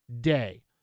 day